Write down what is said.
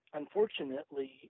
unfortunately